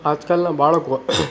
આજકાલના બાળકો